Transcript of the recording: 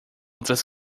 outras